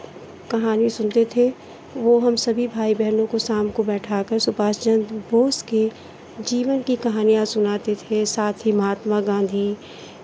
कहानी सुनते थे वो हम सभी भाई बहनों को शाम को बैठाकर शुभाष चन्द्र बोस के जीवन की कहानियाँ सुनाते थे साथ ही महात्मा गाँधी